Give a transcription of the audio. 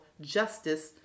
justice